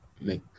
make